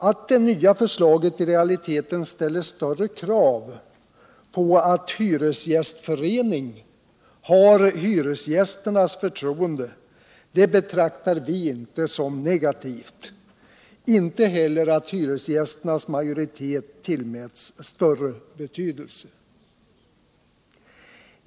Att det nya förslaget i realiteten ställer större krav på alt hyresgästförening har hyresgästernas förtroende betraktar vi inte som negativt, inte heller att hyresgästernas majoritet tillmäts större betydelse.